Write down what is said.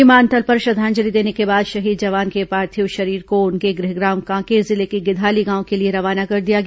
विमानतल पर श्रद्धांजलि देने के बाद शहीद जवान के पार्थिव शरीर को उनके गृहग्राम कांकेर जिले के गिधाली गांव के लिए रवाना कर दिया गया